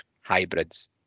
hybrids